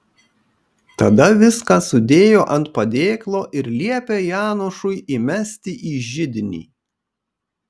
tada viską sudėjo ant padėklo ir liepė janošui įmesti į židinį